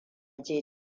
je